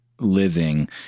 living